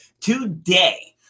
today